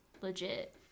legit